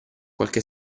qualche